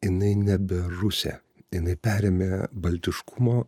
jinai nebe rusė jinai perėmė baltiškumo